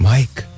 Mike